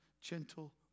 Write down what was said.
gentle